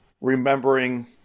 remembering